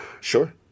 Sure